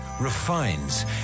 refines